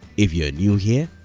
if you're new here,